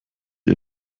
ihr